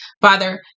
Father